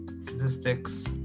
Statistics